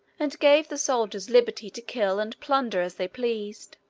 and gave the soldiers liberty to kill and plunder as they pleased.